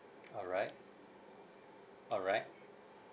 all right all right